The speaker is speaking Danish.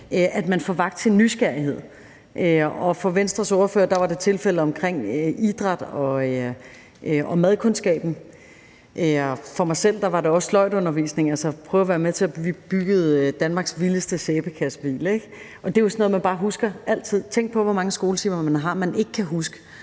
at man får vakt sin nysgerrighed, og for Venstres ordfører var det tilfældet med idræt og madkundskab, og for mig selv var det det også med sløjdundervisningen, altså at prøve at være med til at bygge Danmarks vildeste sæbekassebil, og det er jo sådan noget, man bare husker altid. Tænk på, hvor mange skoletimer man har, som man ikke kan huske,